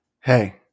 Hey